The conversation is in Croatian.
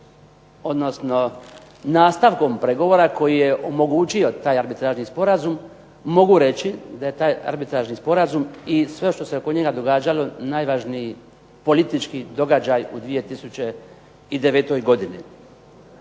odnosno nastavkom pregovora koji je omogućio taj arbitražni sporazum mogu reći da je taj arbitražni sporazum i sve što se oko njega događalo najvažniji politički događaj u 2009. godini.